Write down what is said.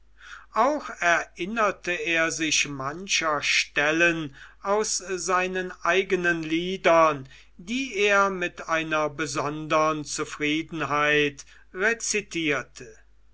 auch erinnerte er sich mancher stellen aus seinen eigenen liedern die er mit einer besonderen zufriedenheit rezitierte